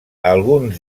alguns